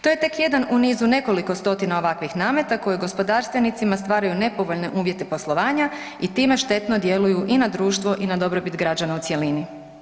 To je tek jedan u nizu nekoliko stotina ovakvih nameta koji gospodarstvenicima stvaraju nepovoljne uvjete poslovanja i time štetno djeluju i na društvo i na dobrobit građana u cjelini.